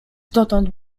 dotąd